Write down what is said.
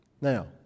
now